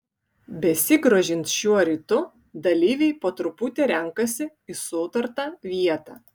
besigrožint šiuo rytu dalyviai po truputį renkasi į sutartą vietą